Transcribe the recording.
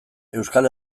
euskal